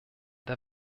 der